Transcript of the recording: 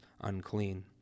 unclean